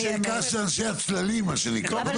אנשי קש זה אנשי הצללים, מה שנקרא.